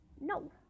No